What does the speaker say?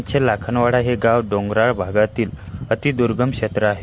आमचं लाखनवाडा हे गाव डोंगराळ भागातील अतीदुर्गम क्षेत्र आहे